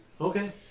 Okay